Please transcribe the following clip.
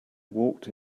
walked